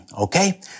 Okay